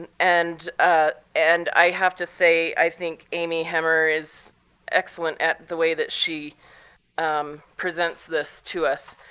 and ah and i have to say i think amy hemmer is excellent at the way that she presents this to us.